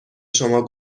شما